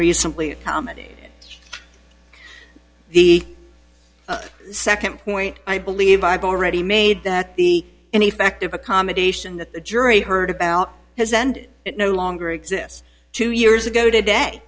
recently comedy the second point i believe i've already made that the ineffective accommodation that the jury heard about has ended it no longer exists two years ago today